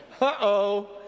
uh-oh